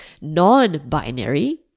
Non-binary